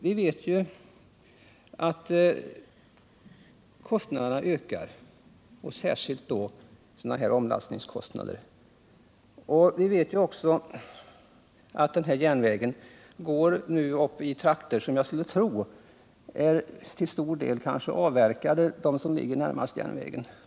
Vi vet att kostnaderna ökar, särskilt då omlastningskostnaderna. Den här järnvägen går uppe i trakter där de områden som ligger närmast troligen till stor del är avverkade.